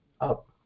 up